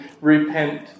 repent